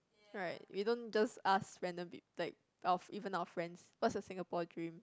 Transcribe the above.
right we don't just ask random peop~ like our even our friends what's your Singapore dream